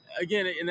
Again